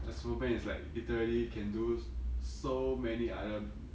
superman is like literally can do so many other